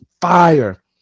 fire